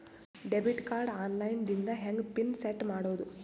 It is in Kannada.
ಡೆಬಿಟ್ ಕಾರ್ಡ್ ಆನ್ ಲೈನ್ ದಿಂದ ಹೆಂಗ್ ಪಿನ್ ಸೆಟ್ ಮಾಡೋದು?